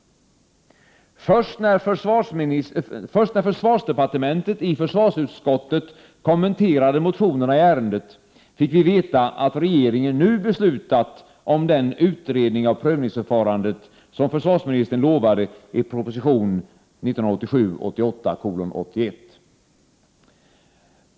Först när försvarsdepartementet i försvarsutskottet kommenterade motionerna i ärendet fick vi veta att regeringen nu beslutat om den utredning av prövningsförfarandet som försvarsministern lovade i proposition 1987/88:81.